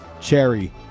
Cherry